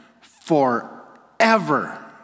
forever